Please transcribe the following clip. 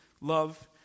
love